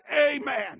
amen